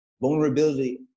Vulnerability